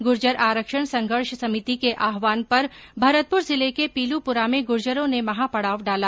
गुर्जर आरक्षण संघर्ष समिति के आहवान पर भरतपुर जिले के पीलूपुरा में गुर्जरों ने महापड़ाव डाला